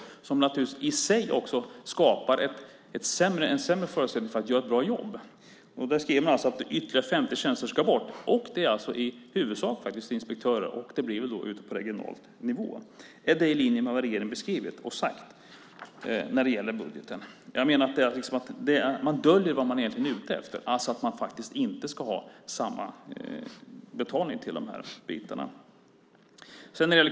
Den skapar naturligtvis i sig en sämre förutsättning för att göra ett bra jobb. Där skriver man att ytterligare 50 tjänster ska bort. Det är alltså i huvudsak inspektörer, och det blir väl på regional nivå. Är det i linje med vad regeringen beskrivit och sagt i budgeten? Jag menar att man döljer vad man egentligen är ute efter, det vill säga att man inte ska ha samma betalning till detta.